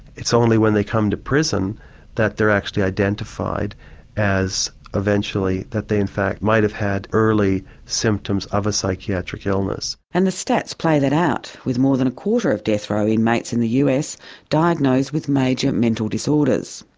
it's only when they come to prison that they are actually identified as eventually that they in fact might have had early symptoms of a psychiatric illness. and the stats play that out with more than a quarter of death row inmates in the us diagnosed with major mental disorders.